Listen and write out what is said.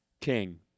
King